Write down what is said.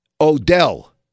Odell